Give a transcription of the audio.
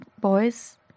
boys